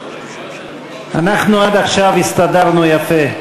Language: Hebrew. אנחנו עד עכשיו הסתדרנו יפה,